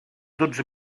dotze